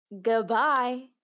goodbye